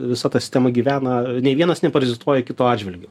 visa ta sistema gyvena nei vienas neparazituoja kito atžvilgiu